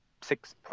six